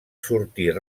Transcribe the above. sortir